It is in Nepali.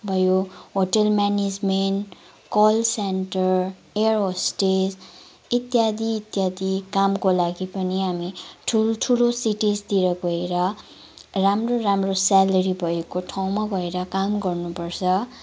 भयो hotel management call centre air hostess इत्यादि इत्यादि कामको लागि पनि हामी ठुल्ठुलो सिटिजतिर गएर राम्रो राम्रो स्यालेरी भएको ठाँउमा गएर काम गर्नु पर्छ